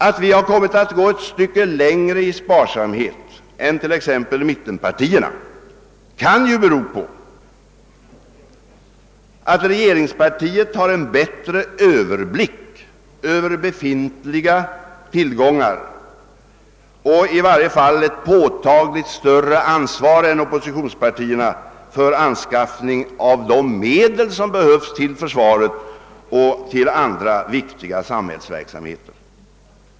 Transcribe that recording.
Att vi har kommit att gå ett stycke längre i sparsamhet än t.ex. mittenpartierna kan bero på att regeringspartiet har en bättre överblick över befintliga tillgångar och i varje fall ett påtagligt större ansvar än oppositionspartierna för anskaffandet av de medel som behövs till försvaret och till andra viktiga samhällsverksamheter.